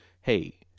hey